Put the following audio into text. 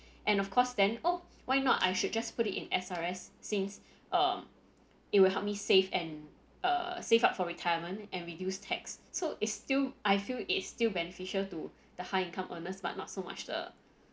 and of course then oh why not I should just put it in S_R_S since uh it will help me save and err save up for retirement and reduce tax so it's still I feel it's still beneficial to the high income earners but not so much the